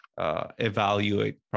Evaluate